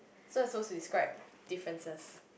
so I suppose to describe differences